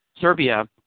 Serbia